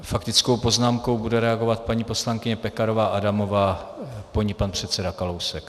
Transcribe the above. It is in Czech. Faktickou poznámkou bude reagovat paní poslankyně Pekarová Adamová, po ní pan předseda Kalousek.